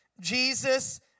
Jesus